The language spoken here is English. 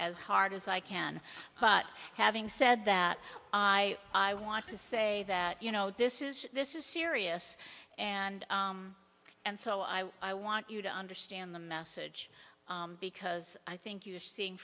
as hard as i can but having said that i i want to say that you know this is this is serious and and so i want you to understand the message because i think you are seeing